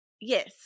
yes